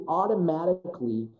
automatically